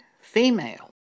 female